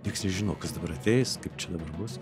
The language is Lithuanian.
nieks nežino kas dabar ateis kaip čia dabar bus